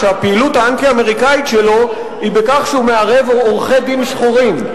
שהפעילות האנטי-אמריקנית שלו היא בכך שהוא מערב עורכי-דין שחורים.